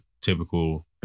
typical